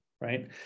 right